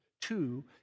two